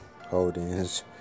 holdings